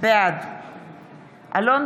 בעד אלון טל,